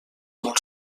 molt